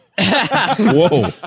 whoa